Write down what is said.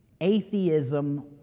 atheism